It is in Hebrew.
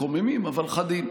מקוממים, אבל חדים.